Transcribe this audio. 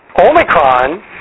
Omicron